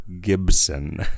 Gibson